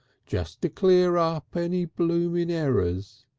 just to clear up any blooming errors.